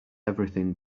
everything